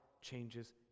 changes